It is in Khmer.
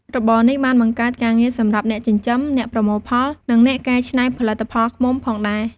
របរនេះបានបង្កើតការងារសម្រាប់អ្នកចិញ្ចឹម អ្នកប្រមូលផល និងអ្នកកែច្នៃផលិតផលឃ្មុំផងដែរ។